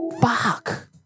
Fuck